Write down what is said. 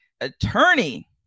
attorney